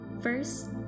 First